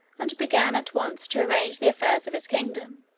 and began at once to arrange the affairs of his kingdom,